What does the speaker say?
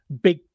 big